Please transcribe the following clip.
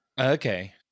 Okay